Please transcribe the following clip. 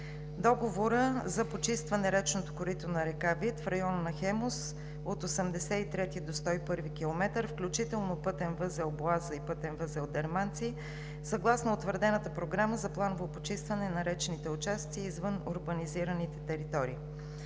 Договорът за почистване на речното корито на река Вит в района на „Хемус“ от км 83 до км 101, включително пътен възел „Боаза“ и пътен възел „Дерманци“ е съгласно утвърдената Програма за планово почистване на речните участъци извън урбанизираните територии.